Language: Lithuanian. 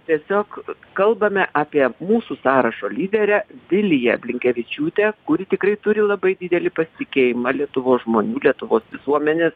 tiesiog kalbame apie mūsų sąrašo lyderę viliją blinkevičiūtę kuri tikrai turi labai didelį pasitikėjimą lietuvos žmonių lietuvos visuomenės